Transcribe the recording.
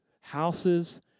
houses